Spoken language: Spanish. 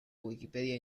wikipedia